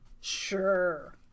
sure